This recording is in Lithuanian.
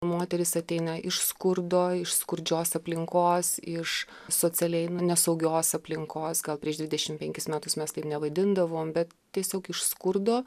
moterys ateina iš skurdo iš skurdžios aplinkos iš socialiai nesaugios aplinkos gal prieš dvidešimt penkis metus mes taip nevadindavom bet tiesiog iš skurdo